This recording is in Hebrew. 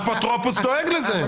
אז האפוטרופוס דואג לזה.